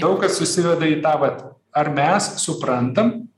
daug kas susiveda į tą vat ar mes suprantam